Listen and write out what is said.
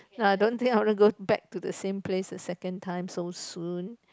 I don't think I want to go back to the same place the second time so soon